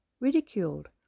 ridiculed